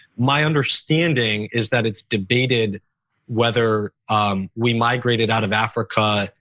my understanding is that it's debated whether we migrated out of africa